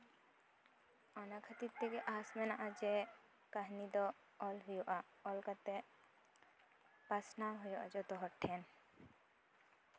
ᱚᱱᱟ ᱠᱷᱟᱹᱛᱤᱨ ᱛᱮᱜᱮ ᱟᱸᱥ ᱢᱮᱱᱟᱜᱼᱟ ᱡᱮ ᱠᱟᱹᱦᱱᱤ ᱫᱚ ᱚᱞ ᱦᱩᱭᱩᱜᱼᱟ ᱚᱞ ᱠᱟᱛᱮᱜ ᱯᱟᱥᱱᱟᱣ ᱦᱩᱭᱩᱜᱼᱟ ᱡᱚᱛᱚ ᱦᱚᱲ ᱴᱷᱮᱱ